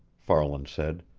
farland said.